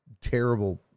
terrible